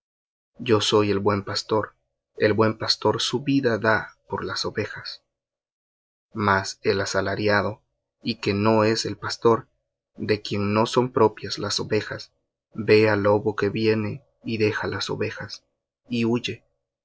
yo soy el buen pastor el buen pastor su vida da por las ovejas mas el asalariado y que no es el pastor de quien no son propias las ovejas ve al lobo que viene y deja las ovejas y huye